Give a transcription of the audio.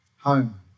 home